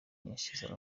nyinshi